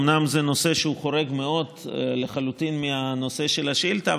אומנם זה נושא שחורג מאוד ולחלוטין מהנושא של השאילתה,